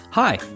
Hi